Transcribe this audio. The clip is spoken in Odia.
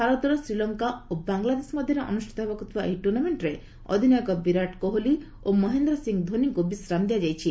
ଭାରତ ଶ୍ରୀଲଙ୍କା ଓ ବାଂଲାଦେଶ ମଧ୍ୟରେ ଅନୁଷ୍ଠିତ ହେବାକୁ ଥିବା ଏହି ଟୁର୍ଣ୍ଣାମେଣ୍ଟ୍ର ଅଧିନାୟକ ବିରାଟ କୋହଲି ଓ ମହେନ୍ଦ୍ର ସିଂ ଧୋନିଙ୍କୁ ବିଶ୍ରାମ ଦିଆଯାଇଛି